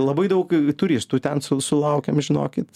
labai daug turistų ten su sulaukiam žinokit